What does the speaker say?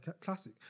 classic